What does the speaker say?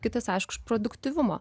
kitas aišku iš produktyvumo